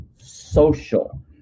social